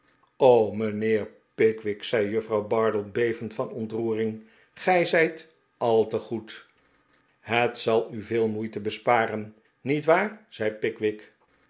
mijnheer pickwick zei juffrouw bardell be vend van ontroering gij zijt al te goed het zal u veel moeite besparen nietwaar zei pickwick